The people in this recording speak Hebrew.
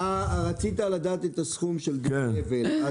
רצית לדעת מה הסכום של גמלת אבל.